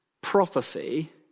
prophecy